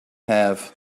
have